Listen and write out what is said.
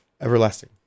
Everlasting